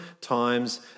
times